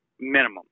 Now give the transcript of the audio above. Minimum